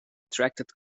attracted